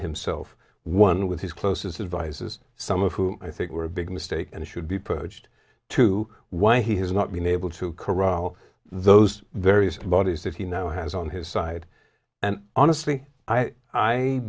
himself one with his closest advisers some of whom i think were a big mistake and should be purged to why he has not been able to corral those various bodies that he now has on his side and honestly i